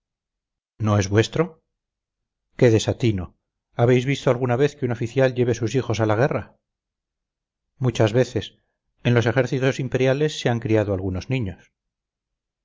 no es vuestro qué desatino habéis visto alguna vez que un oficial lleve sus hijos a la guerra muchas veces en los ejércitos imperiales se han criado algunos niños